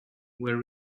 were